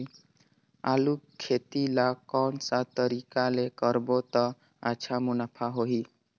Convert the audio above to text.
आलू खेती ला कोन सा तरीका ले करबो त अच्छा मुनाफा होही?